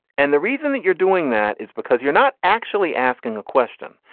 and the reason that you're doing that is because you're not actually asking a question,